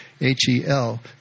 H-E-L